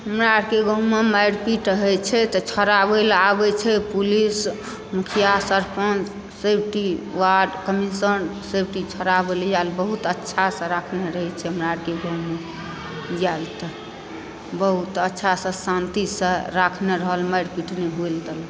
हमरा आर के गाउ मे मारि पीट होइ छै तऽ छोड़ाबै लऽ आबै छै पुलिस मुखिया सरपंच सेफ्टी वार्ड कमीशन सेफ्टी छोड़ाबै लए आयल बहुत अच्छासँ राखने रहै छै हमरा आर के गाव मे आयल तऽ बहुत अच्छासँ शान्तिसँ राखने रहल मारि पीट नहि हुए लए देलक